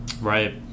Right